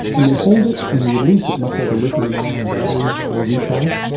and they hold it and release it much like a lithium ion battery will recharge.